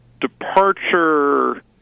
departure